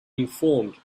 informed